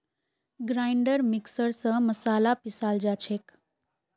grinder mixer स मसाला पीसाल जा छे